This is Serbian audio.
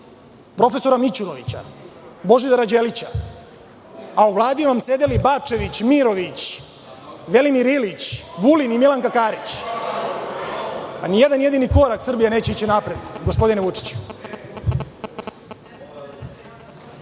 prof. Mićunovića, Božidara Đelića, a u Vladi vam sedeli Bačević, Mirović, Velimir Ilić, Vulin i Milanka Karić, ni jedan jedini korak Srbija neće ići napred, gospodine Vučiću. Često